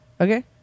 Okay